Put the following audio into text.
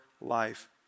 life